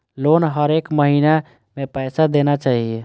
Loan हरेक महीना में पैसा देना चाहि?